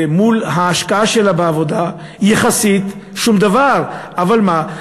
מול ההשקעה שלה בעבודה, יחסית שום דבר, אבל מה,